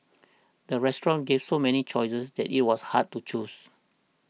the restaurant gave so many choices that it was hard to choose